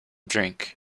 drink